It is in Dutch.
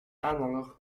aanhanger